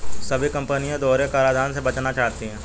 सभी कंपनी दोहरे कराधान से बचना चाहती है